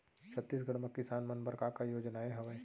छत्तीसगढ़ म किसान मन बर का का योजनाएं हवय?